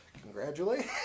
Congratulate